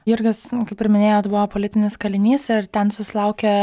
jurgis kaip ir minėjot buvo politinis kalinys ir ten susilaukė